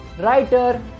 writer